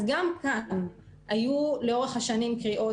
אז גם כאן היו לאורך השנים קריאות